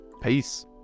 peace